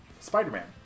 spider-man